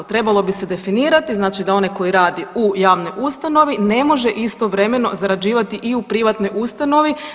Trebalo bi se definirati znači da onaj koji radi u javnoj ustanovi ne može istovremeno zarađivati i u privatnoj ustanovi.